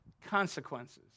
Consequences